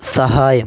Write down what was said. സഹായം